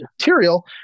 material